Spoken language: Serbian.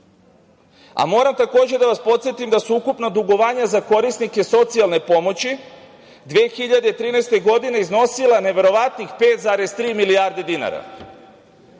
dinara. Moram takođe da vas podsetim da su ukupna dugovanja za korisnike socijalne pomoći 2013. godine iznosila neverovatnih 5,3 milijarde dinara.